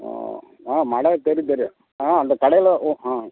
ஆ ஆ கட தெரியும் தெரியும் ஆ அந்த கடையில் ஓ ஆ